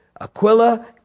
Aquila